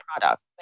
product